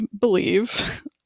believe